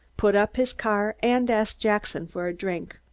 put up his car and ask jackson for a drink.